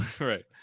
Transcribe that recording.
right